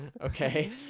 Okay